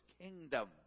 kingdom